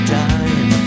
time